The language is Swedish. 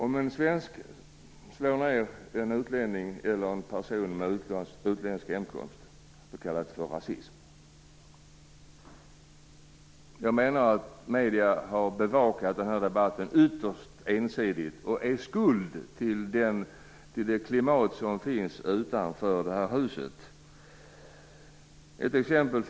Om en svensk slår ned en utlänning eller en person av utländsk härkomst kallas det för rasism. Jag menar att medierna har bevakat den här debatten ytterst ensidigt och är skuld till det klimat som finns utanför det här huset. Jag har ett exempel.